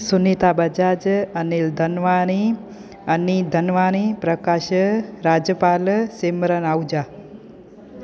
Sunita Bajaj Anil Dhanwani Ani Dhanwani Prakash Rajpal Simran Ahuja